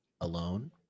alone